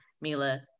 Mila